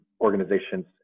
organizations